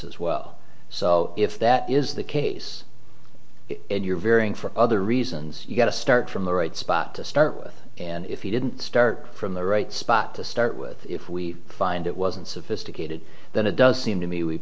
as well so if that is the case you're varying for other reasons you've got to start from the right spot to start and if you didn't start from the right spot to start with if we find it wasn't sophisticated than it does seem to me we